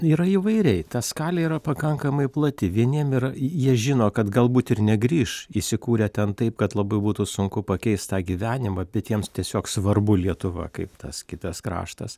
yra įvairiai ta skalė yra pakankamai plati vieniem yra jie žino kad galbūt ir negrįš įsikūrę ten taip kad labai būtų sunku pakeist tą gyvenimą bet jiems tiesiog svarbu lietuva kaip tas kitas kraštas